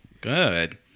Good